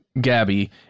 Gabby